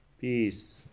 peace